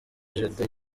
jude